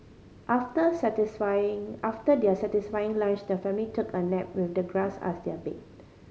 after satisfying after their satisfying lunch the family took a nap with the grass as their bed